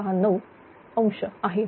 69° आहे